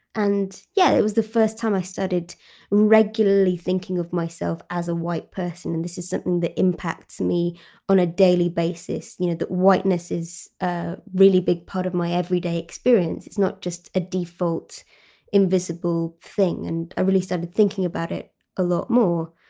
and yeah it was the first time i started regularly thinking of myself as a white person and this is something that impacts me on a daily basis you know that whiteness is a really big part of my everyday experience. it's not just a default invisible thing. and i really started thinking about it a lot more.